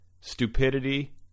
Stupidity